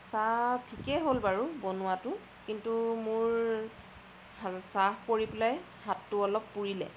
চাহ ঠিকেই হ'ল বাৰু বনোৱাতো কিন্তু মোৰ চাহ পৰি পেলাই হাতটো অলপ পুৰিলে